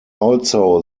also